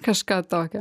kažką tokio